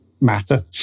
matter